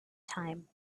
time